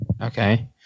Okay